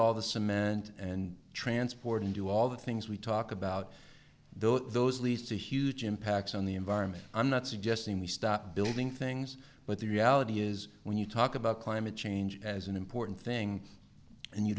all the cement and transport and do all the things we talk about though those least the huge impacts on the environment i'm not suggesting we stop building things but the reality is when you talk about climate change as an important thing and you